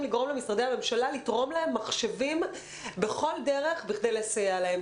לגרום למשרדי הממשלה לתרום להם מחשבים בכל דרך כדי לסייע להם.